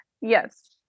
Yes